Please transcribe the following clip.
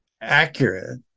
accurate